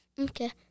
okay